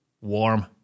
warm